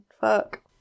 Fuck